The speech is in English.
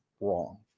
wrong